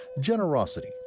generosity